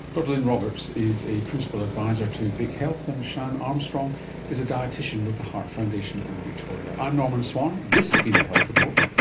dr lynne roberts is a principal advisor to vic health, and sian armstrong is a dietician with the heart foundation in victoria. i'm norman swan, this has been the health report,